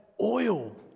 oil